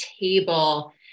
table